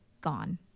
gone